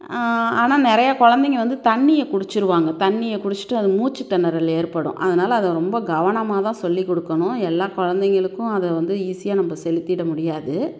ஆனால் நிறைய கொழந்தைங்க வந்து தண்ணியை குடிச்சுருவாங்க தண்ணியை குடிச்சுட்டு அது மூச்சுத் திணறல் ஏற்படும் அதனால் அதை ரொம்ப கவனமாக தான் சொல்லிக் கொடுக்கணும் எல்லா கொழந்தைங்களுக்கும் அதை வந்து ஈஸியாக நம்ம செலுத்திட முடியாது